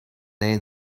day